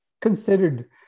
considered